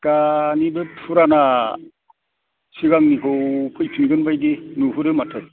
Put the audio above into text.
दानि बे फुराना सिगांनिखौ फैफिनगोन बायदि नुहुरो माथो